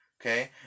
okay